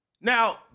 Now